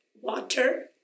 water